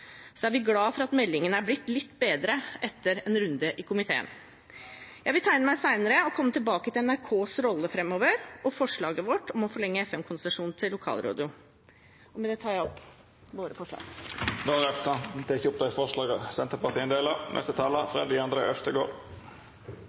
er vi glad for at meldingen er blitt litt bedre etter en runde i komiteen. Jeg vil tegne meg til et senere innlegg og komme tilbake til NRKs rolle framover og forslaget vårt om å forlenge FM-konsesjonene til lokalradio. Med det tar jeg opp de forslag Senterpartiet har alene og sammen med andre. Representanten Åslaug Sem-Jacobsen har teke opp